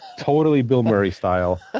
totally bill murray style.